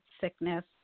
sickness